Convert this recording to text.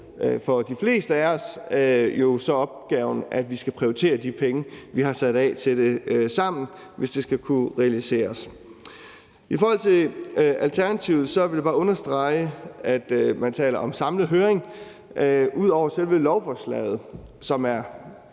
for de fleste af os opgaven, at vi skal prioritere de penge, vi har sat af til det, sammen, hvis det skal kunne realiseres. Kl. 11:48 I forhold til Alternativet vil jeg bare understrege, at man taler om samlet høring ud over selve lovforslaget, som det